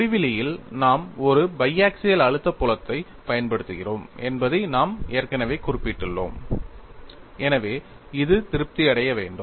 முடிவிலியில் நாம் ஒரு பைஆக்சியல் அழுத்த புலத்தைப் பயன்படுத்துகிறோம் என்பதை நாம் ஏற்கனவே குறிப்பிட்டுள்ளோம் எனவே இது திருப்தி அடைய வேண்டும்